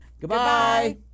Goodbye